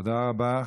תודה רבה.